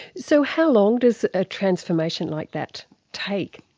so how long does a transformation like that take?